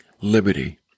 liberty